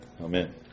Amen